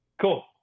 Cool